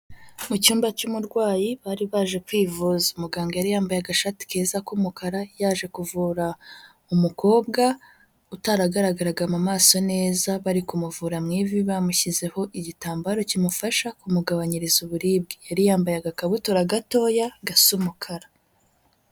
Mu cyumba cy'umurwayi bari baje kwivuza, umuganga yari yambaye agashati keza k'umukara yaje kuvura umukobwa utaragaragaraga mu maso neza, bari kumuvura mu ivi, bamushyizeho igitambaro kimufasha kumugabanyiriza uburibwe, yari yambaye agakabutura gatoya gasa umukara.